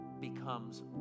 becomes